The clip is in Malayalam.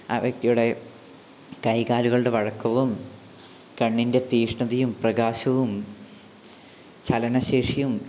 ആ വ്യക്തിയുടെ കൈകാലുകളുടെ വഴക്കവും കണ്ണിൻ്റെ തീഷ്ണതയും പ്രകാശവും ചലനശേഷിയും